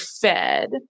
fed